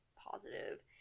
positive